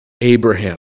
Abraham